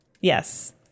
Yes